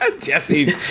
Jesse